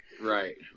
right